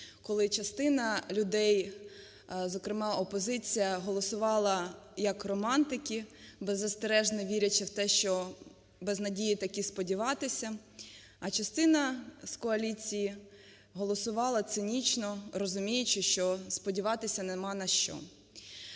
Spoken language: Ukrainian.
коли частина людей, зокрема опозиція, голосувала, як романтики, беззастережно вірячи в те, що без надії таки сподіватися. А частина з коаліції голосувала цинічно, розуміючи, що сподіватися нема на що.